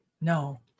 No